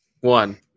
One